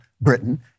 Britain